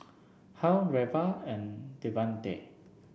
Hal Reva and Devante